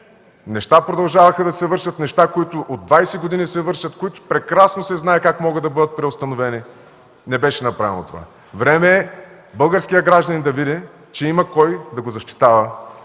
Продължаваха да се вършат неща от 20 години, за които прекрасно се знае как могат да бъдат преустановени. Това не беше направено. Време е българският гражданин да види, че има кой да го защитава,